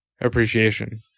appreciation